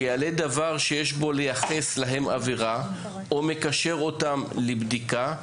שיעלה דבר שיש בו לייחס להם עבירה או מקשר אותם לבדיקה,